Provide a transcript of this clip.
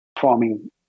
farming